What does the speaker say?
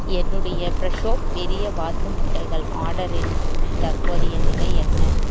என்னுடைய ஃப்ரெஷோ பெரிய வாத்து முட்டைகள் ஆர்டரின் தற்போதைய நிலை என்ன